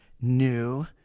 new